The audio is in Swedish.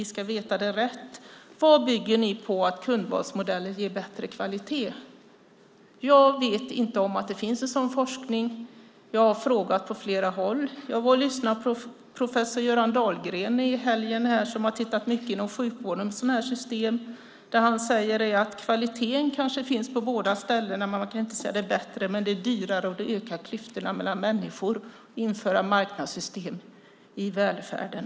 Vi ska veta vad som är rätt. På vad bygger ni åsikten att kundvalsmodellen skulle ge bättre kvalitet? Jag känner inte till någon sådan forskning. Jag har frågat på flera håll. Jag var och lyssnade på professor Göran Dahlgren i helgen. Han har tittat mycket på sådana system i sjukvården. Det han säger är att kvaliteten kanske finns på båda ställena. Man kan inte säga att det är bättre. Men det är dyrare och ökar klyftorna mellan människor om man inför marknadssystem i välfärden.